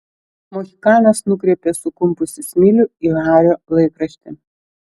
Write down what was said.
mohikanas nukreipė sukumpusį smilių į hario laikraštį